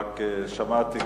רק שמעתי,